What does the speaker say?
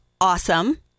awesome